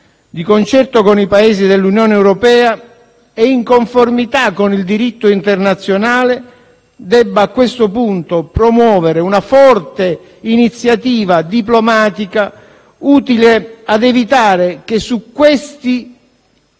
di concerto con i Paesi dell'Unione europea e in conformità con il diritto internazionale, debba promuovere una forte iniziativa diplomatica utile a evitare che su questa